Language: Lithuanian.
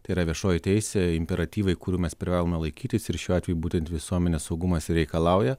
tai yra viešoji teisė imperatyvai kurių mes privalome laikytis ir šiuo atveju būtent visuomenės saugumas ir reikalauja